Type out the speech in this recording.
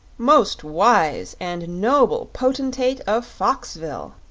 most wise and noble potentate of foxville,